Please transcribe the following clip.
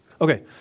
Okay